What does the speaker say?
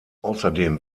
außerdem